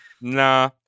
Nah